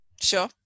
Sure